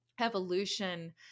evolution